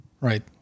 Right